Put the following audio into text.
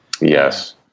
Yes